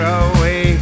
away